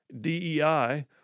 DEI